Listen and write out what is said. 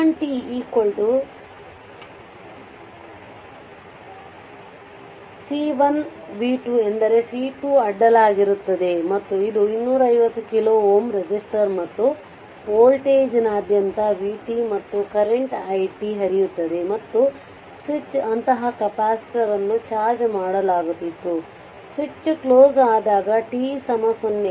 v1 C1 v2 ಎಂದರೆ C2 ಅಡ್ಡಲಾಗಿರುತ್ತದೆ ಮತ್ತು ಇದು 250 ಕಿಲೋ Ω ರೆಸಿಸ್ಟರ್ ಮತ್ತು ವೋಲ್ಟೇಜ್ನಾದ್ಯಂತ vt ಮತ್ತು ಕರೆಂಟ್ it ಹರಿಯುತ್ತದೆ ಮತ್ತು ಸ್ವಿಚ್ ಅಂತಹ ಕೆಪಾಸಿಟರ್ ಅನ್ನು ಚಾರ್ಜ್ ಮಾಡಲಾಗುತ್ತಿತ್ತು ಸ್ವಿಚ್ ಕ್ಲೋಸ್ ಆದಾಗ t 0